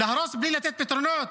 להרוס בלי לתת פתרונות?